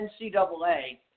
NCAA